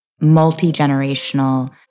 multi-generational